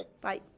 Bye